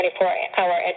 24-hour